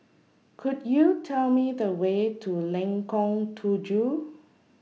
Could YOU Tell Me The Way to Lengkong Tujuh